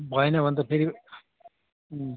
भएन भने त फेरि